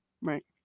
Right